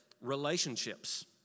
relationships